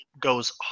goes